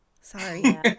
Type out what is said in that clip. sorry